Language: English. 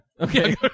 Okay